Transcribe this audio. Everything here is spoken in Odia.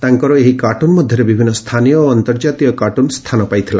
ତାଙ୍କର ଏହି କାର୍ଟୁନ୍ ମଧ୍ୟରେ ବିଭିନ୍ନ ସ୍ଥାନୀୟ ଓ ଅନ୍ତର୍ଜାତୀୟ କାର୍ଟୁନ୍ ସ୍ଥାନ ପାଇଥିଲା